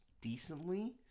decently